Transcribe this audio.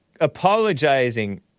apologizing